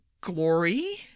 glory